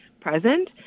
present